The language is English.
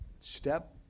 Step